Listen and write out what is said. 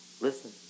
Listen